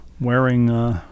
wearing